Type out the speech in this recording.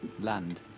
land